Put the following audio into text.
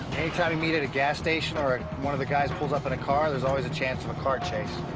time we meet at a gas station or one of the guys pulls up in a car there's always a chance of a car chase.